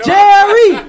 Jerry